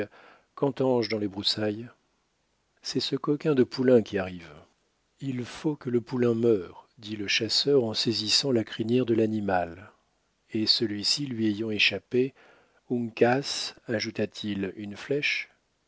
qu'entends-je dans les broussailles c'est ce coquin de poulain qui arrive il faut que le poulain meure dit le chasseur en saisissant la crinière de l'animal et celui-ci lui ayant échappé uncas ajouta-t-il une flèche